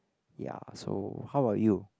ya so how about you